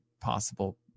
possible